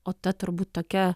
o ta turbūt tokia